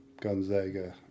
Gonzaga